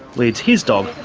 leads his dog,